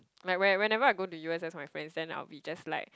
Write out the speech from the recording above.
like when whenever I go to U_S_S with my friends then I will be just like